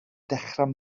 dechrau